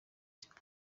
cyane